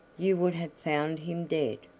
you would have found him dead.